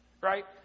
Right